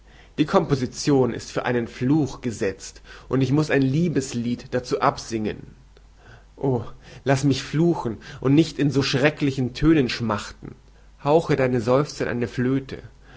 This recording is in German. die komposizion ist für einen fluch gesetzt und ich muß ein liebeslied dazu absingen o laß mich fluchen und nicht in so schrecklichen tönen schmachten hauche deine seufzer in eine flöte